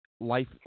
life